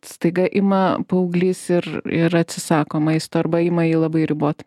staiga ima paauglys ir ir atsisako maisto arba ima jį labai ribot